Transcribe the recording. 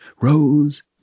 rose